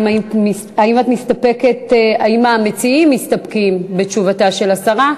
האם המציעים מסתפקים בתשובתה של השר?